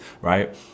Right